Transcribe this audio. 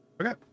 okay